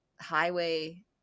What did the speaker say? highway